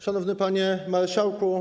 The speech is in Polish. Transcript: Szanowny Panie Marszałku!